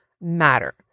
matter